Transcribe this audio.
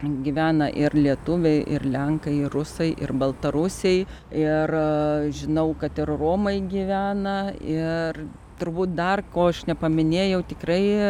gyvena ir lietuviai ir lenkai ir rusai ir baltarusiai ir žinau kad ir romai gyvena ir turbūt dar ko aš nepaminėjau tikrai